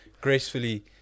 gracefully